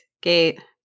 gate